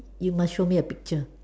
you must show me a picture